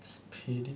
that's a pity